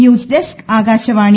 news desk Akashvani